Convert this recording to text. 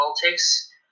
politics